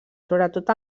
sobretot